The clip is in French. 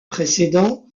précédent